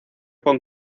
con